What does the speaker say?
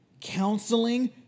counseling